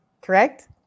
Correct